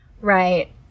Right